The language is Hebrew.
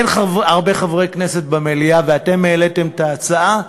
אין הרבה חברי כנסת במליאה, ואתם העליתם את ההצעה.